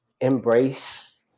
embrace